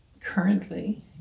currently